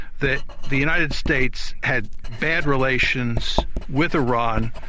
that the united states had bad relations with iran.